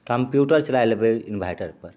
computer चलाइ लेबै इन्भाइटरपर